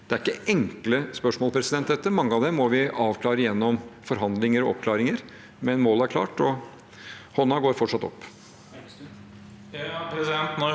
Det er ikke enkle spørsmål. Mange av dem må vi avklare gjennom forhandlinger og oppklaringer, men målet er klart, og hånden går fortsatt opp.